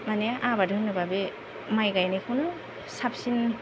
माने आबाद होनोब्ला बे माय गायनायखौनो साबसिन